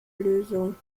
lösung